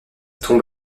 tombe